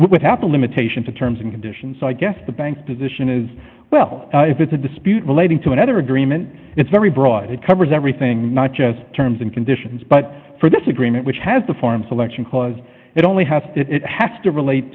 happen limitation to terms and conditions so i guess the bank position is well if it's a dispute relating to another agreement it's very broad it covers everything not just terms and conditions but for this agreement which has the form selection cause it only has it has to relate